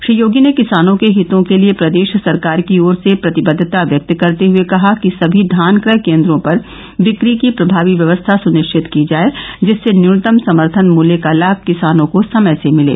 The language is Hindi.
श्री योगी ने किसानों के हितों के लिए प्रदेश सरकार की ओर से प्रतिबद्वता व्यक्त करते हुए कहा कि सभी धान क्रय केन्द्रों पर बिक्री की प्रभावी व्यवस्था सुनिश्चित की जाए जिससे न्युनतम समर्थन मृत्य का लाभ किसानों को समय से मिले